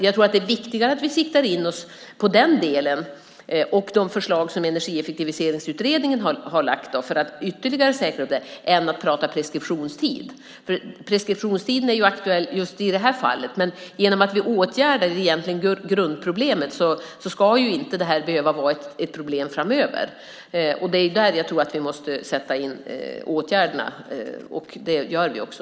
Jag tror att det är viktigare att vi siktar in oss på den delen och de förslag som Energieffektiviseringsutredningen har lagt fram för att ytterligare säkra detta än att tala om preskriptionstider. Preskriptionstiden är aktuell just i detta fall, men genom att vi åtgärdar det som egentligen är grundproblemet ska detta inte behöva vara ett problem framöver. Det är där som jag tror att vi måste vidta åtgärder, och det gör vi också.